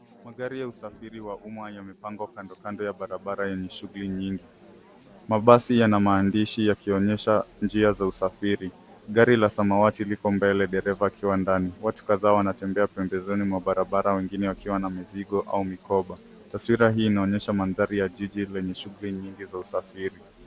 Magari ya usafiri wa umma imepangwa kando kando ya barabara yenye shughuli nyingi, mabasi yana maandishi yakiionyesha njia ya usafiri. Gari la samawati liko mbele dereva akiwa ndani, watu kadhaa wantembea pemebezoni mwa barabara wengine wakiwa na mizigo au mikoba. Taswira hii inaonyesha mandhari ya jiji lenye shughuli nyingi za usafiri.